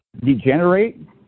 degenerate